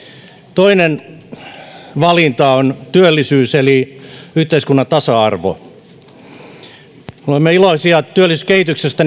toinen valinta on työllisyys eli yhteiskunnan tasa arvo me olemme iloisia työllisyyskehityksestä